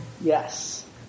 Yes